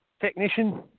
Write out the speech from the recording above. technician